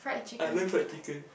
I love fried chicken